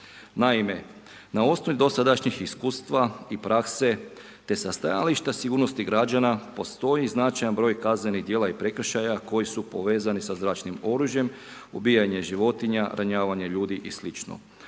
Naime, na osnovi dosadašnjih iskustava i prakse te sa stajališta sigurnosti građana postoji značajan broj kaznenih djela i prekršaja koji su povezani sa zračnim oružjem, ubijanje životinja, ranjavanje ljudi i sl.